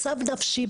מצב נפשי,